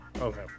Okay